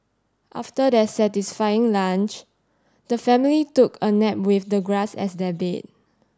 after their satisfying lunch the family took a nap with the grass as their bed